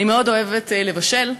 אני מאוד אוהבת לבשל,